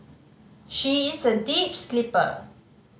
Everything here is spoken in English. she is a deep sleeper